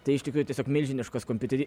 tai iš tikrųjų tiesiog milžiniškas kompiuteri